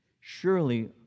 Surely